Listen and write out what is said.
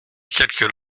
calcul